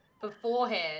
beforehand